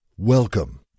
Welcome